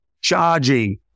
charging